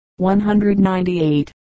198